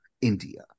India